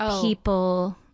people